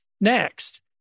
Next